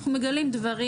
אנחנו מגלים דברים